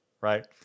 right